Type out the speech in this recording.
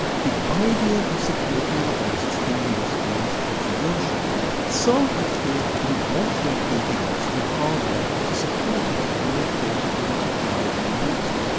the idea of supporting devices through usb was controversial some at fiat didn't want to include the extra hardware to support it when they thought it wouldn't be widely used.